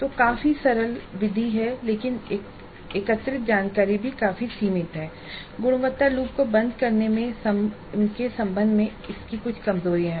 तो काफी सरल विधि लेकिन एकत्रित जानकारी भी काफी सीमित है और गुणवत्ता लूप को बंद करने के संबंध में इसकी कुछ कमजोरियां हैं